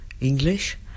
English